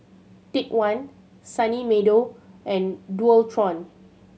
Take One Sunny Meadow and Dualtron